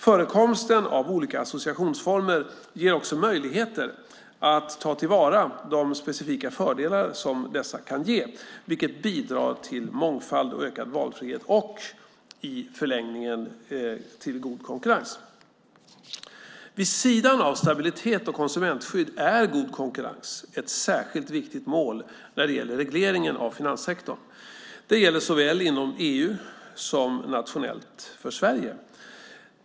Förekomsten av olika associationsformer ger också möjligheter att ta till vara de specifika fördelar dessa kan ge, vilket bidrar till mångfald och ökad valfrihet och - i förlängningen - till god konkurrens. Vid sidan av stabilitet och konsumentskydd är god konkurrens ett särskilt viktigt mål när det gäller regleringen av finanssektorn. Det gäller såväl inom EU som nationellt för Sverige.